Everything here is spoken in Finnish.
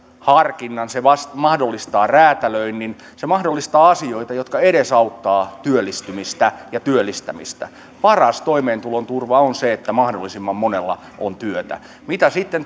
harkinnan se mahdollistaa räätälöinnin se mahdollistaa asioita jotka edesauttavat työllistymistä ja työllistämistä paras toimeentulon turva on se että mahdollisimman monella on työtä mitä sitten